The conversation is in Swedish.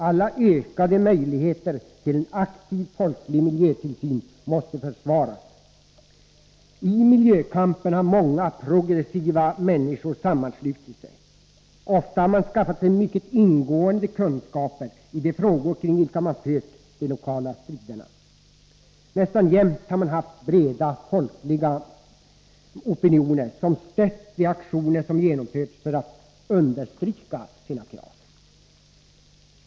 Alla ökade möjligheter till en aktiv, folklig miljötillsyn måste försvaras. I miljökampen har många progressiva människor sammanslutit sig. Ofta har man skaffat sig mycket ingående kunskaper i de frågor kring vilka man fört de lokala striderna. Nästan jämt har man haft breda, folkliga opinioner som stött de aktioner man genomfört för att understryka sina krav.